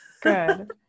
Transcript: good